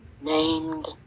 named